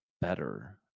better